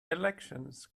elections